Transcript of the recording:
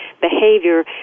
behavior